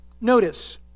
Notice